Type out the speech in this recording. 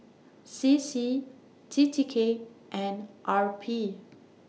C C T T K and R P